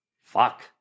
Fuck